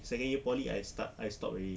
second year poly I start I stop already